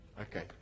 Okay